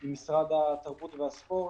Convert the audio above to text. עם משרד התרבות והספורט,